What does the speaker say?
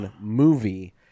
movie